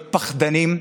להיות פחדנים,